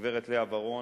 הגברת לאה ורון,